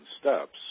steps